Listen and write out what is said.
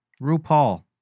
RuPaul